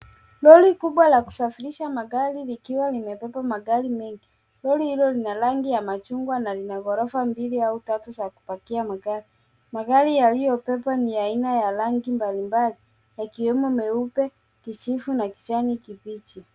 Lori kubwa la kusafirisha magari likiwa limebeba magari mengi. Lori hilo lina rangi ya machungwa na lina ghorofa mbili au tatu za kupakia magari. Magari yaliyobebwa ni aina ya rangi mbalimbali ikiwemo meupe, kijivu na kijani kibichi.